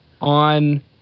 on